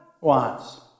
wants